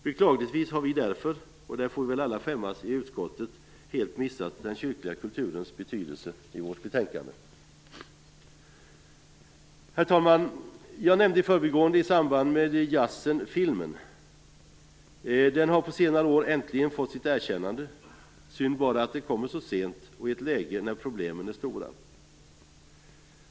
Beklagligtvis har vi därför - där får vi nog alla i utskottet skämmas - helt missat den kyrkliga kulturens betydelse i vårt betänkande. Herr talman! I samband med jazzen nämnde jag i förbigående filmen. Den har på senare år äntligen fått sitt erkännande. Synd bara att det kommit så sent och i ett läge där problemen är stora.